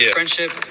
friendship